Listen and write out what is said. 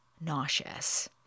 nauseous